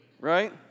right